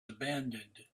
abandoned